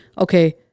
okay